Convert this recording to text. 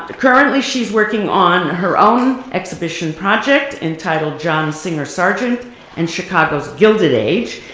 currently she's working on her own exhibition project entitled john singer sargent and chicago's gilded age,